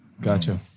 Gotcha